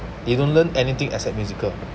they don't learn anything except musical